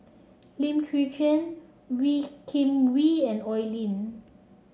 Lim Chwee Chian Wee Kim Wee and Oi Lin